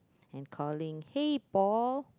and calling hey Paul